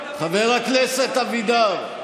חבר הכנסת אבידר,